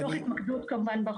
כמו שאמרתי,